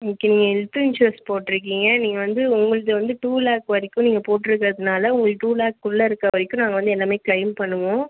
okay health insurance போட்டுருக்கீங்க நீங்கள் வந்து உங்களுது வந்து டூ லேக் வரைக்கும் நீங்கள் போட்டுருக்கறதுனால உங்களுக்கு டூ லேக்குள்ளே இருக்குற வரைக்கும் நாங்கள் வந்து எல்லாமே க்ளைம் பண்ணுவோம்